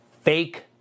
fake